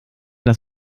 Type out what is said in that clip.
das